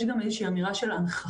יש גם אמירה של הנכחה